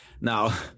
Now